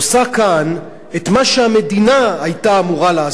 כאן את מה שהמדינה היתה אמורה לעשות,